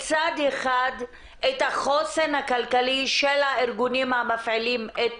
מצד אחד, את החוסן הכלכלי של הארגונים המפעילים את